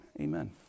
amen